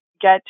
get